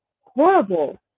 horrible